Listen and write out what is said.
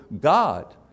God